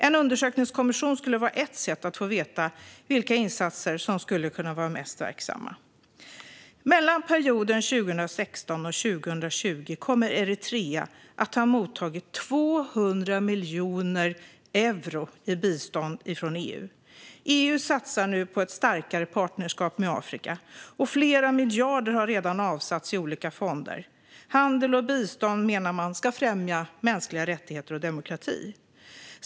En undersökningskommission skulle vara ett sätt att få veta vilka insatser som skulle kunna vara mest verksamma. Under perioden 2016-2020 kommer Eritrea att ha mottagit 200 miljoner euro i bistånd från EU. EU satsar nu på ett starkare partnerskap med Afrika, och flera miljarder har redan avsatts i olika fonder. Handel och bistånd ska, menar man, främja mänskliga rättigheter och demokrati.